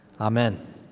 Amen